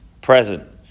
present